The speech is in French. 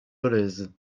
dolez